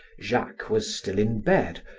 jacques was still in bed,